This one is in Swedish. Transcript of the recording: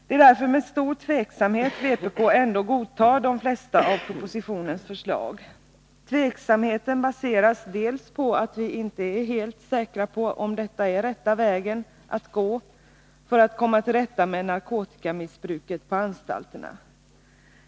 Det är därför med stor tveksamhet vpk ändå godtar de flesta av propositionens förslag. Tveksamheten baseras främst på att vi inte är helt säkra på om detta är den riktiga vägen att gå för att komma till rätta med narkotikamissbruket på anstalterna.